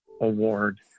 Award